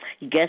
Guess